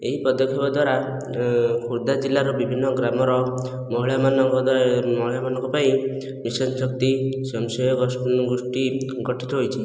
ଏହି ପଦକ୍ଷେପ ଦ୍ୱାରା ଖୋର୍ଦ୍ଧା ଜିଲ୍ଲାର ବିଭିନ୍ନ ଗ୍ରାମର ମହିଳାମାନଙ୍କ ମହିଳାମାନଙ୍କ ପାଇଁ ମିଶନ ଶକ୍ତି ସ୍ବୟଂସହାୟକ ଗୋଷ୍ଠୀ ଗଠିତ ହୋଇଛି